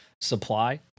Supply